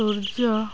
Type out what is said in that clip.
ସୂର୍ଯ୍ୟ